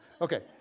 Okay